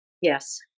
Yes